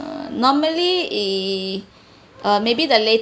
err normally it uh maybe the